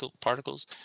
particles